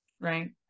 right